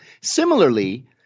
Similarly